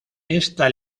esta